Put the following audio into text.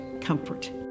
comfort